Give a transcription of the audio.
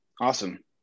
Awesome